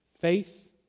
faith